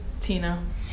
Tina